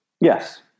Yes